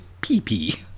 pee-pee